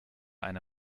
eine